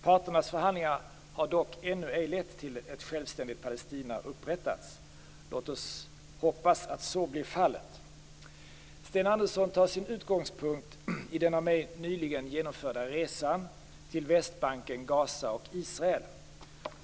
Parternas förhandlingar har dock ännu ej lett till att ett självständigt Palestina upprättats. Låt oss hoppas att så blir fallet. Sten Andersson tar sin utgångspunkt i den av mig nyligen genomförda resan till Västbanken/Gaza och Israel.